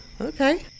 Okay